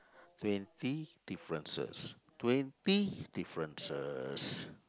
twenty differences